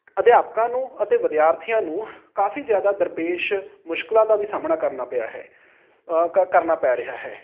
ਅਧਿਆਪਕਾਂ ਨੂੰ ਅਤੇ ਵਿਦਿਆਰਥੀਆਂ ਨੂੰ ਕਾਫੀ ਜ਼ਿਆਦਾ ਦਰਪੇਸ਼ ਮੁਸ਼ਕਲਾਂ ਦਾ ਵੀ ਸਾਹਮਣਾ ਕਰਨਾ ਪਿਆ ਹੈ ਕ ਕਰਨਾ ਪੈ ਰਿਹਾ ਹੈ